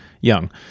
Young